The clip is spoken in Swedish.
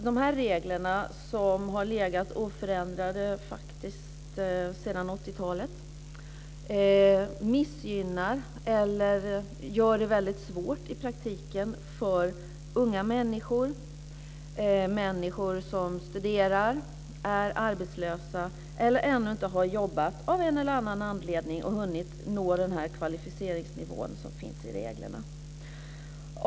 De här reglerna, som har legat oförändrade sedan 80-talet, missgynnar eller gör det väldigt svårt i praktiken för unga människor, människor som studerar, är arbetslösa eller ännu inte, av en eller annan anledning, har jobbat och hunnit nå den kvalificeringsnivå som finns i reglerna.